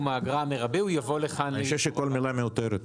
האגרה המרבי הבקשה תבוא לאישור ועדת הכלכלה.